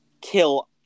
kill